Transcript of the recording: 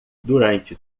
durante